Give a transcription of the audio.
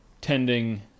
tending